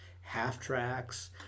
Half-Tracks